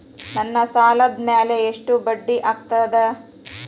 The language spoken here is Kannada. ನನ್ನ ಸಾಲದ್ ಮ್ಯಾಲೆ ಎಷ್ಟ ಬಡ್ಡಿ ಆಗ್ತದ?